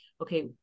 okay